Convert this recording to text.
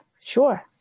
sure